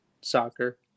soccer